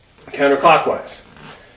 counterclockwise